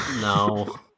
no